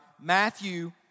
Matthew